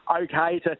okay